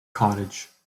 cottage